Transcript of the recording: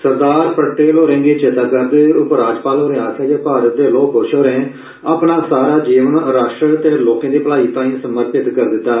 सरदार पटेल होरे गी चेता करदे होई उपराज्यपाल होरे आक्खेआ जे भारत दे लोह पुरूष होरे अपना सारा जीवन राश्ट्र ते लोकें दी भलाई ताईं समर्पित करी दित्ता